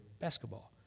basketball